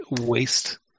waste